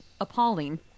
appalling